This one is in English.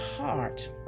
heart